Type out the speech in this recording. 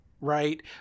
right